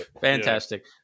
Fantastic